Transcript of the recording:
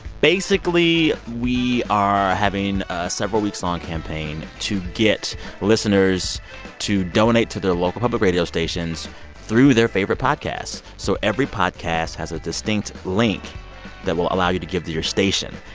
basically, we are having a several-weeks-long campaign to get listeners to donate to their local public radio stations through their favorite podcasts so every podcast has a distinct link that will allow you to give to your station,